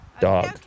dog